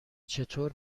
چطور